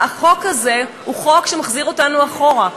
החוק הזה הוא חוק שמחזיר אותנו אחורה.